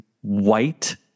white